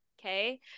Okay